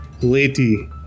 lady